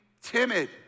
timid